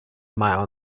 mile